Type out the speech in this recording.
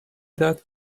that